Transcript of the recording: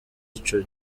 ico